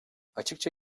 açıkça